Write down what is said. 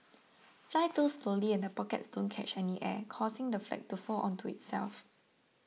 fly too slowly and the pockets don't catch any air causing the flag to fold onto itself